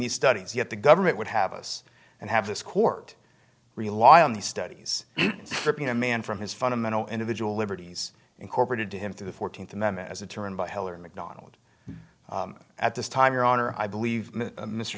these studies yet the government would have us and have this court rely on these studies stripping a man from his fundamental individual liberties incorporated to him through the fourteenth amendment as a turn by heller macdonald at this time your honor i believe